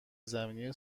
زمینی